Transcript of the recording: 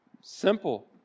simple